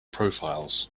profiles